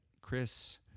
Chris